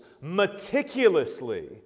meticulously